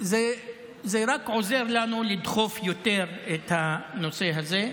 זה רק עוזר לנו לדחוף יותר את הנושא הזה.